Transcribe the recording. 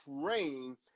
praying